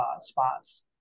spots